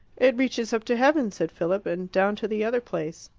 it reaches up to heaven, said philip, and down to the other place.